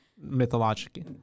mythological